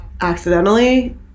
accidentally